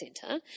Centre